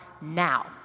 now